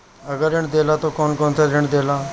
अगर ऋण देला त कौन कौन से ऋण देला?